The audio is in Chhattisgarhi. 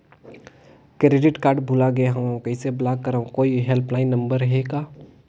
क्रेडिट कारड भुला गे हववं कइसे ब्लाक करव? कोई हेल्पलाइन नंबर हे का?